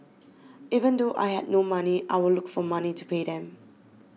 even though I had no money I would look for money to pay them